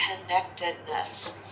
connectedness